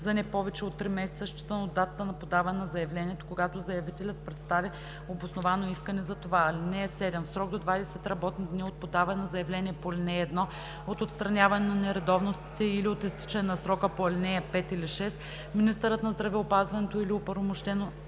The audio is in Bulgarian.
за не повече от три месеца, считано от датата на подаване на заявлението, когато заявителят представи обосновано искане за това. (7) В срок до 20 работни дни от подаване на заявление по ал. 1, от отстраняване на нередовностите или от изтичане на срока по ал. 5 или 6 министърът на здравеопазването или оправомощен